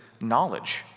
knowledge